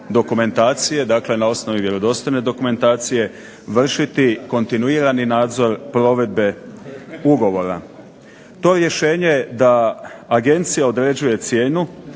dokumentacije, dakle na osnovi vjerodostojne dokumentacije vršiti kontinuirani nadzor provedbe ugovora. To rješenje da agencija određuje cijenu,